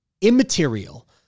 immaterial